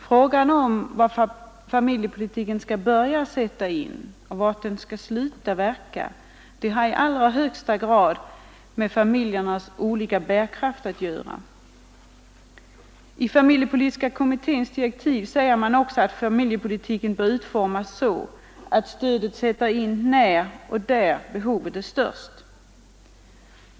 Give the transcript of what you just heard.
Frågan om var familjepolitiken skall börja sätta in och var den skall sluta verka, har i högsta grad med familjernas olika bärkraft att göra. I familjepolitiska kommitténs direktiv sägs det också att familjepolitiken bör utformas så, att stödet sätter in när och där behovet är störst.